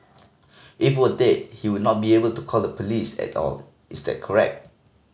if were dead he would not be able to call the police at all is that correct